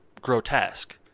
grotesque